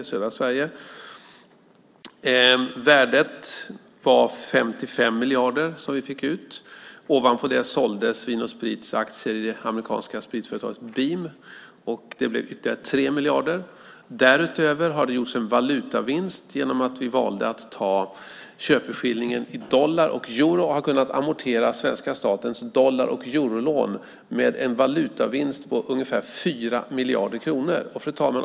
Det värde som vi fick ut var på 55 miljarder. Ovanpå det såldes Vin & Sprits aktier i det amerikanska spritföretaget Beam. Det blev ytterligare 3 miljarder. Därutöver har det gjorts en valutavinst genom att vi valde att ta köpeskillingen i dollar och euro. Vi har kunnat amortera svenska statens dollar och eurolån med en valutavinst på ungefär 4 miljarder kronor. Fru talman!